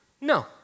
No